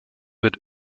wird